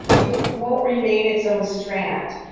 it won't remain its own strand.